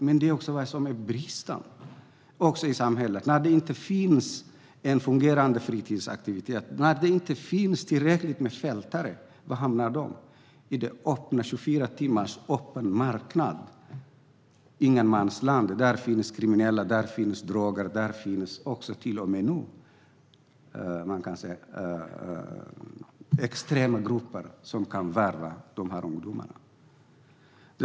Men här finns det brister i samhället. När det inte finns en fungerande fritidsaktivitet, när det inte finns tillräckligt med fältarbetare, var hamnar ungdomarna då? Jo, i en marknad som är öppen 24 timmar, ett ingenmansland där det finns kriminella, droger och extrema grupper som kan värva de här ungdomarna.